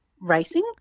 racing